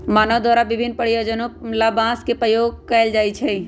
मानव द्वारा विभिन्न प्रयोजनों ला बांस के उपयोग कइल जा हई